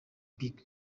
big